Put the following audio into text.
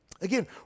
Again